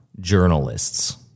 journalists